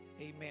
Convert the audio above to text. Amen